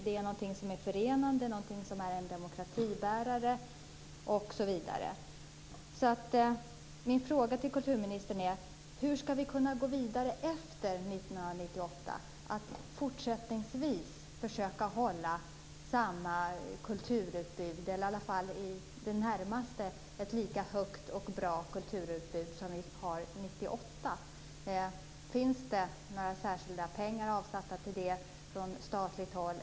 Det är något som är förenande, det är en demokratibärare osv. Min fråga till kulturministern är: Hur skall vi kunna gå vidare efter 1998? Hur skall vi göra för att fortsättningsvis försöka hålla samma kulturutbud, eller i alla fall i det närmaste ett lika högt och bra kulturutbud, som 1998? Finns det några särskilda pengar avsatta till det från statligt håll?